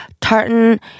tartan